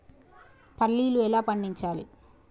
పల్లీలు ఎలా పండించాలి?